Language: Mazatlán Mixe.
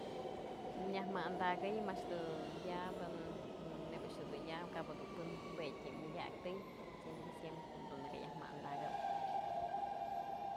Nyaj ma andakëyëm a'ax dun yabë, neyb a'ax dun ya kabë dun pën jue tyëm mÿedyak tëy sino que siemprem dun nëkë yëj më andakëp.